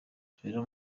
zibera